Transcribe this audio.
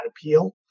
appeal